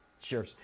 Sure